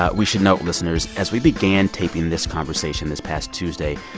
ah we should note, listeners, as we began taping this conversation this past tuesday,